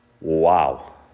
wow